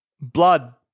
blood